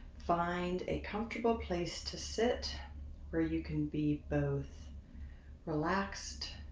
find a comfortable place to sit where you can be both relaxed,